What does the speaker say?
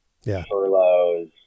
furloughs